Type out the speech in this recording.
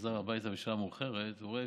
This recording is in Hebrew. שחזר הביתה בשעה מאוחרת וראה